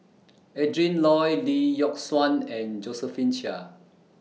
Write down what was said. Adrin Loi Lee Yock Suan and Josephine Chia